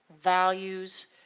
values